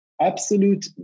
absolute